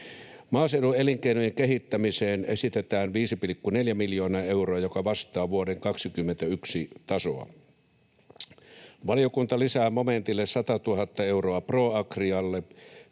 Maaseudun elinkeinojen kehittämiseen esitetään 5,4 miljoonaa euroa, joka vastaa vuoden 21 tasoa. Valiokunta lisää momentille 100 000 euroa ProAgrialle,